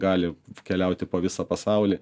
gali keliauti po visą pasaulį